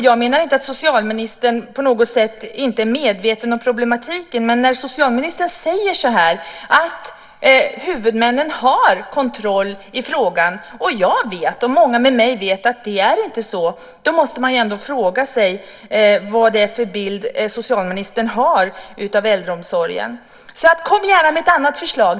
Jag menar inte att socialministern inte skulle vara medveten om problematiken, men när socialministern säger att huvudmännen har kontroll i frågan, och jag och många med mig vet att det inte är så, då måste man fråga sig vad det är för bild socialministern har av äldreomsorgen. Kom gärna med ett annat förslag!